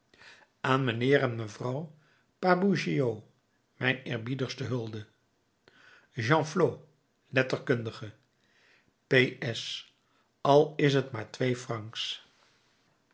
aan mijnheer en mevrouw pabourgeot mijn eerbiedigste hulde genflot letterkundige p s al is t maar twee francs